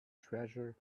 treasure